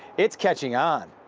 it's catching on.